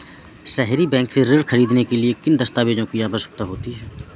सहरी बैंक से ऋण ख़रीदने के लिए किन दस्तावेजों की आवश्यकता होती है?